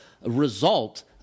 result